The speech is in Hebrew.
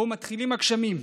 שבו מתחילים הגשמים,